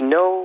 no